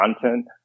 content